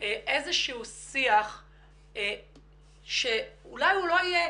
איזשהו שיח שאולי הוא לא יהיה